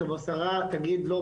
תבוא שרה תגיד לא,